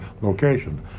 location